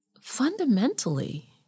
fundamentally